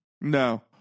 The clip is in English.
No